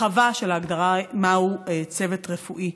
הרחבה של ההגדרה של צוות רפואי.